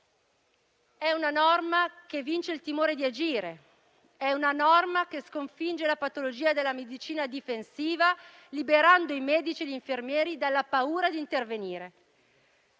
È una norma che vince il timore di agire, che sconfigge la patologia della medicina difensiva, liberando i medici e gli infermieri dalla paura di intervenire.